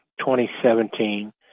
2017